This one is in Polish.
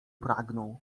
pragnął